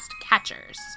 catchers